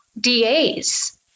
DAs